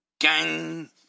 gang